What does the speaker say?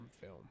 film